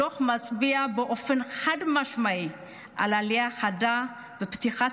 הדוח מצביע באופן חד-משמעי על עלייה חדה בפתיחת